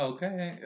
Okay